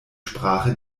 sprache